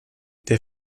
der